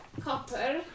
Copper